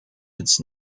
its